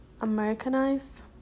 Americanized